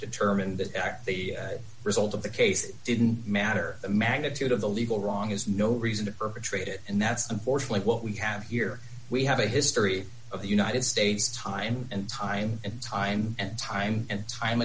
determine that the result of the case didn't matter the magnitude of the legal wrong is no reason to perpetrate it and that's unfortunately what we have here we have a history of the united states time and time and time and time and time